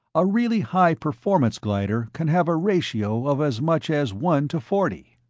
a really high performance glider can have a ratio of as much as one to forty.